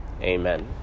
Amen